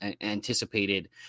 anticipated